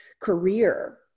career